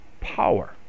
power